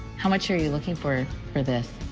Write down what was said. how much are you looking for for this?